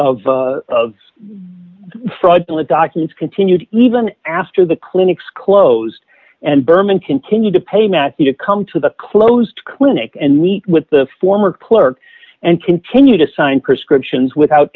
of the fraudulent documents continued even after the clinics closed and berman continued to pay matthew to come to the closed clinic and meet with the former clerk and continue to sign prescriptions without